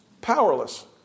Powerless